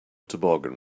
toboggan